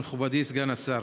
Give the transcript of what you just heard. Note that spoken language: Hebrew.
מכובדי סגן השר,